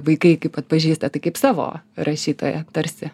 vaikai atpažįsta tai kaip savo rašytoją tarsi